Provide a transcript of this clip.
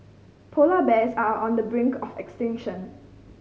polar bears are on the brink of extinction